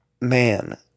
man